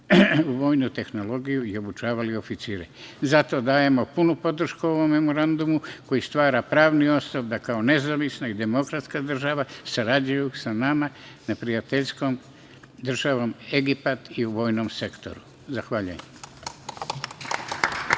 vojnu tehnologiju i obučavali oficire. Zato, dajemo punu podršku ovom Memorandumu, koji stvara pravni osnov da kao nezavisna i demokratska država sarađuju sa nama sa prijateljskom državom Egipat i u vojnom sektoru. Zahvaljujem.